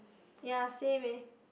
ya same eh